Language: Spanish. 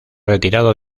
retirado